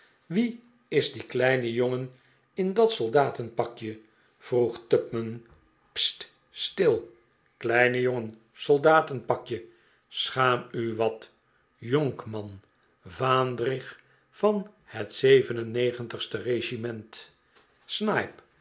wie is die kleine jongen in dat soldatenpakje vroeg tupman st still kleine jongen soldatenpakje schaam u wat jonkman vaandrig van het zeven en negentigste regimen snipe